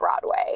Broadway